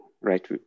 right